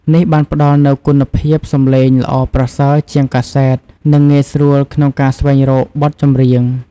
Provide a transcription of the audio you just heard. នេះបានផ្ដល់នូវគុណភាពសំឡេងល្អប្រសើរជាងកាសែត និងងាយស្រួលក្នុងការស្វែងរកបទចម្រៀង។